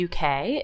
UK